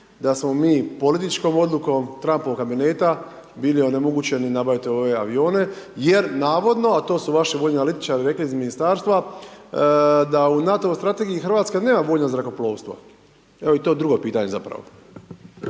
da smo mi političkom odlukom Trampovog kabineta bili onemogućeni nabaviti ove avione jer navodno, a to su vaši vojni analitičari rekli iz Ministarstva, da u NATO-voj strategiji RH nema vojno zrakoplovstvo, evo, to je i drugo pitanje zapravo.